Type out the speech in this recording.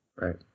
Right